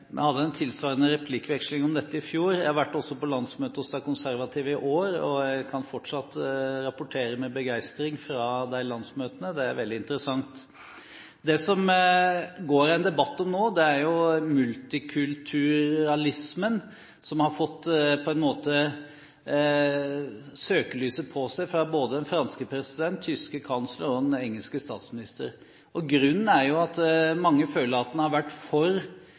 Vi hadde en tilsvarende replikkveksling om dette i fjor. Jeg har også vært på landsmøtet til de konservative i år, og jeg kan fortsatt rapportere med begeistring fra de landsmøtene – det er veldig interessant. Det som det går en debatt om nå, er multikulturalismen, som har fått søkelyset på seg fra både den franske president, den tyske kansler og den engelske statsminister. Grunnen er at mange føler at en har vært for